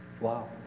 wow